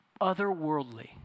otherworldly